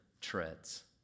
treads